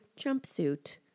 jumpsuit